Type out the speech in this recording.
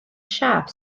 siâp